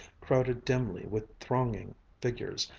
crowded dimly with thronging figures,